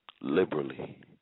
liberally